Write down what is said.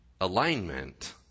alignment